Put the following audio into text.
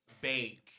bake